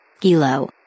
Gilo